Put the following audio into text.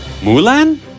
Mulan